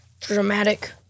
Dramatic